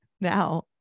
now